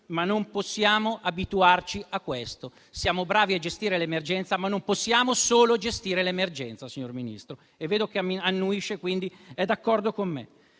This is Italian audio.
ma non possiamo abituarci a questo. Siamo bravi a gestire l'emergenza, ma non possiamo solo gestire l'emergenza. Signor Ministro, vedo che annuisce e, quindi, è d'accordo con me.